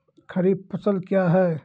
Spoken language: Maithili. खरीफ फसल क्या हैं?